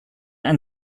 ein